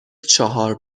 چهار